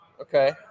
Okay